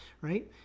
Right